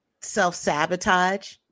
self-sabotage